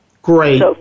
Great